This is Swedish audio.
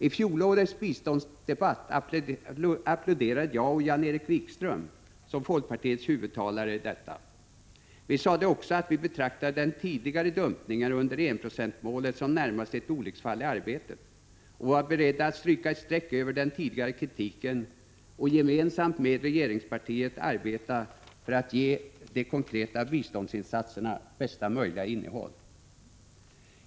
I fjolårets biståndsdebatt applåderade jag och Jan-Erik Wikström, som folkpartiets huvudtalare, detta. Vi sade också att vi betraktade den tidigare dumpningen under enprocentsmålet som närmast ett olycksfall i arbetet och var beredda att stryka ett streck över den tidigare kritiken och gemensamt med regeringspartiet arbeta för att ge de konkreta biståndsinsatserna bästa möjliga innehåll.